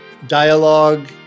dialogue